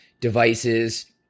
devices